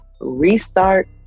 restart